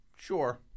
Sure